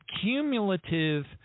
cumulative